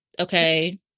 Okay